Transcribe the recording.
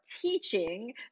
teaching